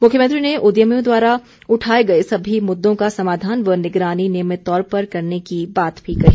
मुख्यमंत्री ने उद्यमियों द्वारा उठाए गए सभी मुद्दों का समाधान व निगरानी नियमित तौर पर करने की बात भी कही